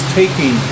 taking